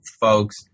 folks